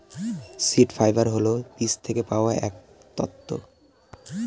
seed fibre হল বীজ থেকে পাওয়া এক তন্তু